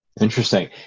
Interesting